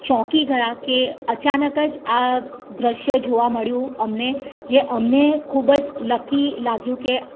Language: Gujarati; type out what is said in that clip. ચોંકી ગયા કે અચાનક જ આ દૃશ્ય જોવા મળ્યું અમને જે અમને ખૂબ જ લકી લાગ્યું કે